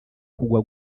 kugwa